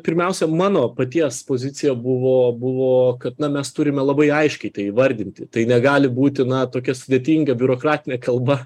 pirmiausia mano paties pozicija buvo buvo kad na mes turime labai aiškiai tai įvardinti tai negali būti na tokia sudėtinga biurokratinė kalba